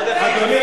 עוד אחד,